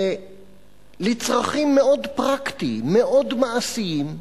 ולצרכים מאוד פרקטיים, מאוד מעשיים,